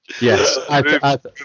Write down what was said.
yes